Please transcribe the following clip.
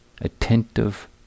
attentive